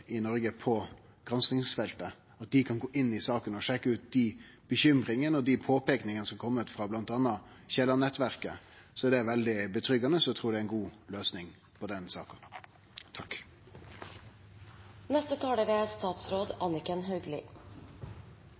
i Noreg på granskingsfeltet – kan gå inn i saka og sjekke ut dei bekymringane og dei påpeikingane som har kome frå bl.a. Kielland-nettverket, er det veldig tryggande. Eg trur det er ei god løysing på denne saka. Petroleumsvirksomheten er en viktig næring for Norge. Den